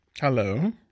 Hello